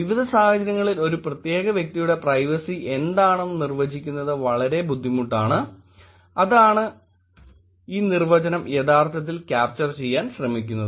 വിവിധ സാഹചര്യങ്ങളിൽ ഒരു പ്രത്യേക വ്യക്തിയുടെ പ്രൈവസി എന്താണെന്ന് നിർവചിക്കുന്നത് വളരെ ബുദ്ധിമുട്ടാണ് അതാണ് ഈ നിർവചനം യഥാർത്ഥത്തിൽ ക്യാപ്ചർ ചെയ്യാൻ ശ്രമിക്കുന്നത്